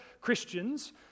Christians